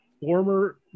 former